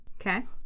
Okay